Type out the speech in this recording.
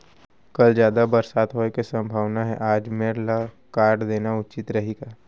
कल जादा बरसात होये के सम्भावना हे, आज मेड़ ल काट देना उचित रही का?